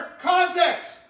context